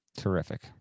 Terrific